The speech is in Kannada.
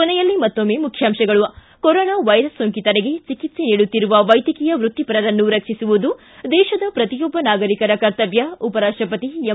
ಕೊನೆಯಲ್ಲಿ ಮತ್ತೊಮ್ಮೆ ಮುಖ್ಯಾಂಶಗಳು ಿ ಕೊರೊನಾ ವೈರಸ್ ಸೋಂಕಿತರಿಗೆ ಚಿಕಿತ್ಸೆ ನೀಡುತ್ತಿರುವ ವೈದ್ಯಕೀಯ ವೃತ್ತಿಪರರನ್ನು ರಕ್ಷಿಸುವುದು ದೇಶದ ಪ್ರತಿಯೊಬ್ಬ ನಾಗರಿಕರ ಕರ್ತಮ್ಕ ಉಪರಾಷ್ಟಪತಿ ಎಂ